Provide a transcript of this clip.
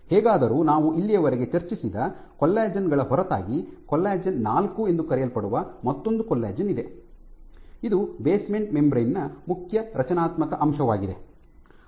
ಹೇಗಾದರೂ ನಾವು ಇಲ್ಲಿಯವರೆಗೆ ಚರ್ಚಿಸಿದ ಕೊಲ್ಲಜೆನ್ ಗಳ ಹೊರತಾಗಿ ಕೊಲ್ಲಜೆನ್ ನಾಲ್ಕು ಎಂದು ಕರೆಯಲ್ಪಡುವ ಮತ್ತೊಂದು ಕೊಲ್ಲಜೆನ್ ಇದೆ ಇದು ಬೇಸ್ಮೆಂಟ್ ಮೆಂಬರೇನ್ ನ ಮುಖ್ಯ ರಚನಾತ್ಮಕ ಅಂಶವಾಗಿದೆ